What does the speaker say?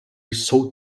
jsou